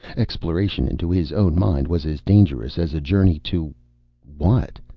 exploration into his own mind was as dangerous as a journey to what?